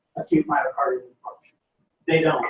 acute myocardial infarction